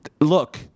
look